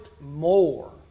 more